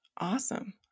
awesome